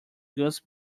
goose